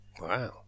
Wow